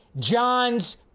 John's